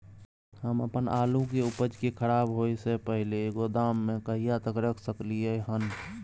हम अपन आलू के उपज के खराब होय से पहिले गोदाम में कहिया तक रख सकलियै हन?